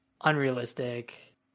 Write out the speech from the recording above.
unrealistic